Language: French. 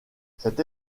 cette